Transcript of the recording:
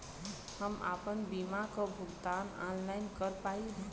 हम आपन बीमा क भुगतान ऑनलाइन कर पाईब?